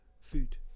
food